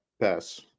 pass